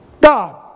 God